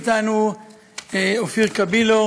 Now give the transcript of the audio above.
אוכלוסין בסעיף 38 לחוק מרשם האוכלוסין,